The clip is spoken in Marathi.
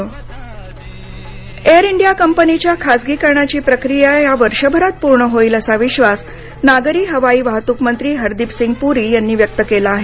एअर इंडिया एअर इंडिया कंपनीच्या खासगीकरणाची प्रक्रिया या वर्षभरात पूर्ण होईल असा विश्वास नागरी हवाई वाहतूक मंत्री हरदीप सिंग पुरी यांनी व्यक्त केला आहे